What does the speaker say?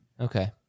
Okay